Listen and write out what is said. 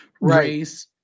race